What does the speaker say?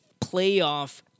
playoff